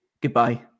goodbye